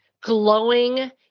glowing